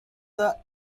the